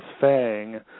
fang